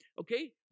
Okay